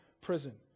prison